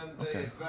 Okay